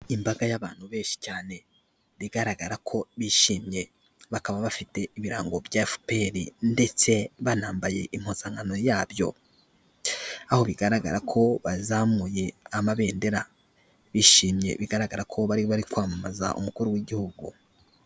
Imbaga y'abantu benshi cyane bigaragara ko bishimye, bakaba bafite ibirango bya FPR ndetse banambaye impozankano yabyo, aho bigaragara ko bazamuye amabendera bishimye bigaragara ko bari bari kwamamaza umukuru w'igihugu.